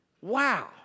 Wow